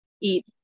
eat